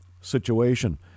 situation